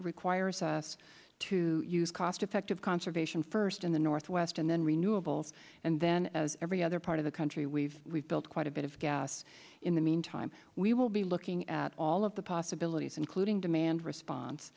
requires us to use cost effective conservation first in the northwest and then renewables and then as every other part of the country we've built quite a bit of gas in the meantime we will be looking at all of the possibilities including demand